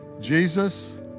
Jesus